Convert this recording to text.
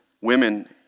women